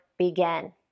begin